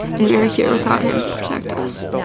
and we're here without him to protect us.